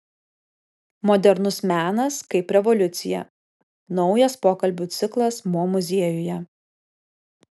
modernus menas kaip revoliucija naujas pokalbių ciklas mo muziejuje